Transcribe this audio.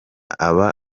aba